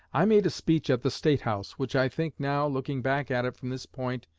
i made a speech at the state house, which i think now, looking back at it from this point,